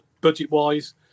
budget-wise